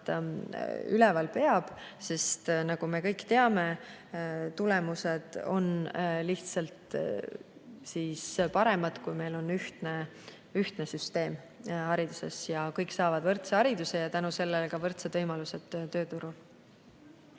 üleval peab. Nagu me kõik teame, tulemused on siis lihtsalt paremad, kui meil on ühtne süsteem hariduses, kui kõik saavad võrdse hariduse ja tänu sellele ka võrdsed võimalused tööturul.